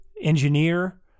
engineer